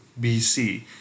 BC